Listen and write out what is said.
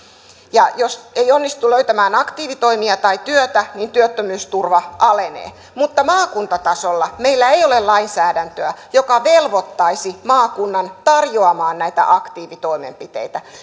ja jos ei onnistu löytämään aktiivitoimia tai työtä niin työttömyysturva alenee mutta maakuntatasolla meillä ei ole lainsäädäntöä joka velvoittaisi maakunnan tarjoamaan näitä aktiivitoimenpiteitä